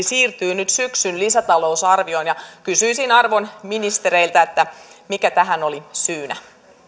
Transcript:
siirtyy nyt syksyn lisätalousarvioon ja kysyisin arvon ministereiltä mikä tähän oli syynä